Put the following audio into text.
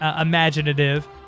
imaginative